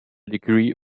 degree